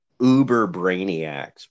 uber-brainiacs